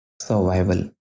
survival